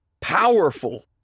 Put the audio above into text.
powerful